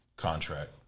Contract